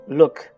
look